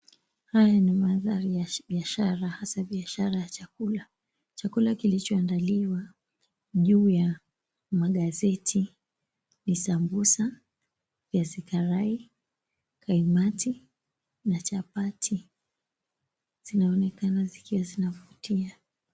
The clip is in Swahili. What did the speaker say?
Haya ni mandhari ya biashara hasa biiashara ya chakula. Chakula kilichondaliwa juu ya magazeti ni sambusa, viazi karai, kaimati na chapati zinaonekana zikiwa zinavutia.